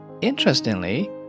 interestingly